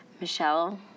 Michelle